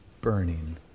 burning